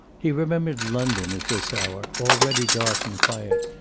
he remembered london at this hour, already dark and quiet,